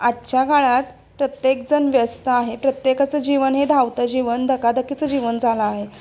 आजच्या काळात प्रत्येकजण व्यस्त आहे प्रत्येकाचं जीवन हे धावतं जीवन धकाधकीचं जीवन झालं आहे